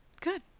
Good